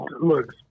look